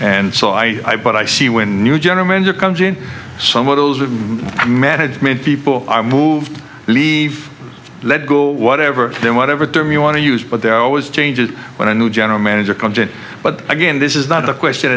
and so i what i see when new general manager comes in some of those with management people are moved leave let go whatever then whatever term you want to use but they're always changes when a new general manager content but again this is not a question